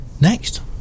next